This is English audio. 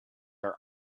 are